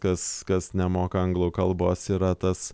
kas kas nemoka anglų kalbos yra tas